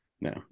No